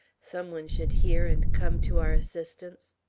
some one should hear and come to our assistance.